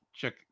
Check